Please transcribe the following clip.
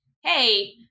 Hey